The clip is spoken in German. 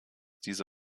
diese